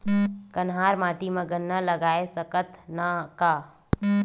कन्हार माटी म गन्ना लगय सकथ न का?